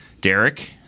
Derek